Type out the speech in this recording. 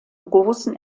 großen